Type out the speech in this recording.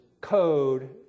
code